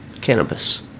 cannabis